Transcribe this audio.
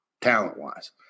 talent-wise